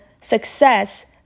success